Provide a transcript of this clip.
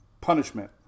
punishment